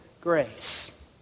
grace